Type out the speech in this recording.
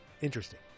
interesting